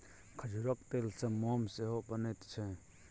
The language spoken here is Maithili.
खजूरक तेलसँ मोम सेहो बनैत छै